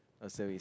also is